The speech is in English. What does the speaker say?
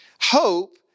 Hope